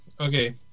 okay